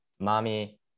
Mommy